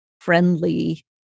friendly